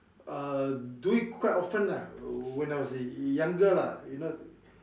uh do it quite often lah when I was younger lah you know